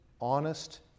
honest